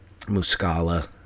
Muscala